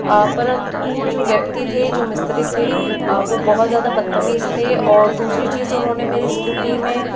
परंतु वह जो व्यक्ति थे जो मिस्त्री थे वह बहुत ज़्यादा बदतमीज थे और दूसरी चीज़ उन्होंने मेरी स्कूटी में